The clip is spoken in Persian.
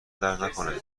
دردنکنه